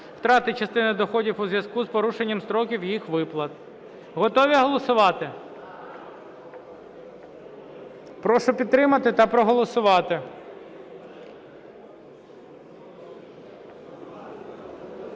втрати частини доходів у зв'язку з порушенням строків їх виплати". Готові голосувати? Прошу підтримати та проголосувати.